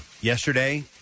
Yesterday